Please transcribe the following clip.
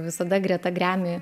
visada greta gremy